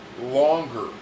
longer